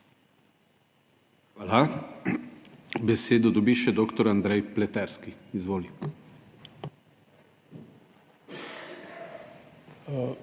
Hvala. Besedo dobi še dddr. Andrej Pleterski. Izvoli.